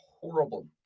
horrible